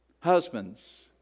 Husbands